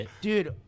Dude